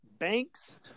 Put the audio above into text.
Banks